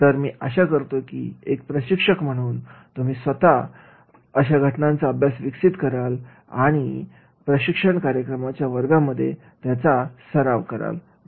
तर मी आशा करतो की एक प्रशिक्षक म्हणून तुम्ही स्वतः घटनांचा अभ्यास विकसित कराल आणि प्रशिक्षण कार्यक्रमाच्या वर्गामध्ये त्याचा सराव करा